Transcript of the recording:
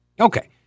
Okay